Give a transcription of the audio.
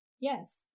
Yes